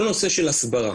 כל הנושא של הסברה.